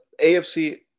AFC